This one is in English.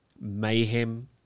mayhem